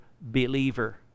believer